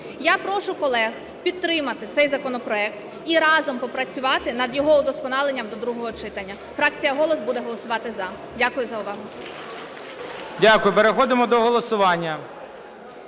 Я прошу колег підтримати цей законопроект і разом попрацювати над його вдосконаленням до другого читання. Фракція "Голос" буде голосувати "за". Дякую за увагу.